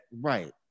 Right